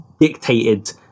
dictated